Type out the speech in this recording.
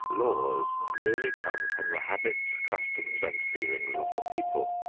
laws really come from the habits, customs and feelings of the people,